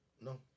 No